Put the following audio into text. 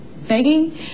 begging